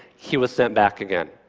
he was sent back again.